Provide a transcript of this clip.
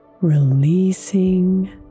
Releasing